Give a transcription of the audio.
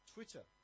Twitter